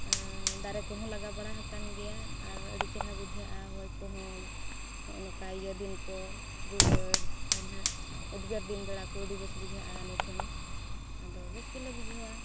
ᱫᱟᱨᱮ ᱠᱚᱦᱚᱸ ᱞᱟᱜᱟ ᱵᱟᱲᱟ ᱟᱠᱟᱱ ᱜᱮᱭᱟ ᱟᱨ ᱟᱹᱰᱤ ᱪᱮᱦᱨᱟ ᱵᱩᱡᱷᱟᱹᱜᱼᱟ ᱦᱚᱭ ᱠᱚᱦᱚᱸ ᱱᱚᱜᱼᱚᱸᱭ ᱱᱚᱝᱠᱟ ᱤᱭᱟᱹ ᱫᱤᱱ ᱠᱚ ᱨᱩᱣᱟᱹᱲ ᱦᱚᱭ ᱱᱟᱦᱟᱜ ᱩᱫᱽᱜᱟᱹᱨ ᱫᱤᱱ ᱵᱮᱲᱟ ᱠᱚ ᱟᱹᱰᱤ ᱵᱮᱥ ᱵᱩᱡᱷᱟᱹᱜᱼᱟ ᱟᱞᱮ ᱴᱷᱮᱱ ᱟᱫᱚ ᱵᱮᱥ ᱜᱮᱞᱮ ᱵᱩᱡᱷᱟᱹᱣᱟ